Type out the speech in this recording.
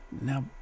Now